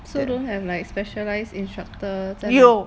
so don't have like specialised instructor 在那里